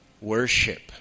worship